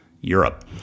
Europe